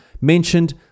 mentioned